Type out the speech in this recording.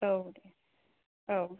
औ दे औ